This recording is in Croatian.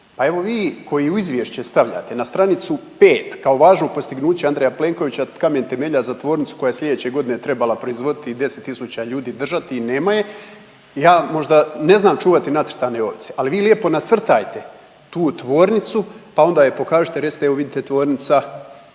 A evo vi koji u izvješće stavljate na stranicu 5 kao važno postignuće Andreja Plenkovića kamen temeljac za tvornicu koja je slijedeće godine trebala proizvoditi 10.000 ljudi držati i nema je, ja vam možda ne znam čuvati nacrtane ovce ali vi lijepo nacrtajte tu tvornicu pa onda je pokažite i recite evo vidite tvornica